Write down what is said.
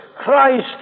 Christ